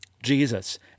Jesus